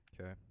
Okay